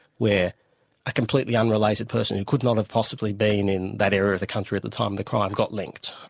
where a completely unrelated person who could not have possibly been in that area of the country at the time of the crime, got linked.